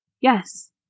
Yes